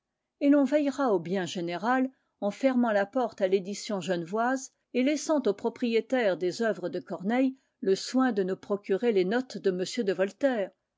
et l'on veillera au bien général en fermant la porte à l'édition genevoise et laissant aux propriétaires des œuvres de corneille le soin de nous procurer les notes de m de voltaire